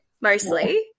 mostly